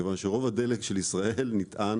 כמות משמעותית מהדלק של ישראל נטענת